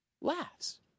laughs